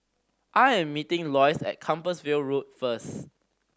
I am meeting Loyce at Compassvale Road first